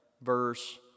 verse